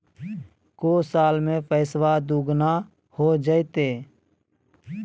को साल में पैसबा दुगना हो जयते?